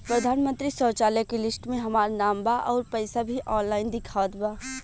प्रधानमंत्री शौचालय के लिस्ट में हमार नाम बा अउर पैसा भी ऑनलाइन दिखावत बा